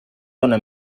dóna